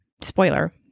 spoiler